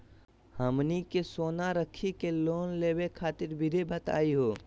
हमनी के सोना रखी के लोन लेवे खातीर विधि बताही हो?